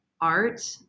art